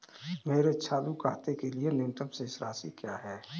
मेरे चालू खाते के लिए न्यूनतम शेष राशि क्या है?